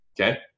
Okay